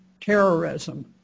terrorism